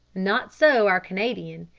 not so our canadian.